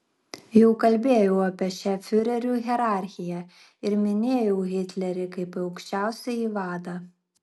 jau kalbėjau apie šią fiurerių hierarchiją ir minėjau hitlerį kaip aukščiausiąjį vadą